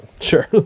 sure